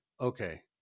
okay